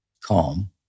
calm